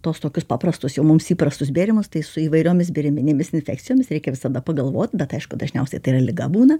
tuos tokius paprastus jau mums įprastus bėrimus tai su įvairiomis bėriminėmis infekcijomis reikia visada pagalvot bet aišku dažniausiai tai yra liga būna